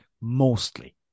mostly